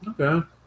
okay